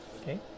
Okay